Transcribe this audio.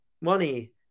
money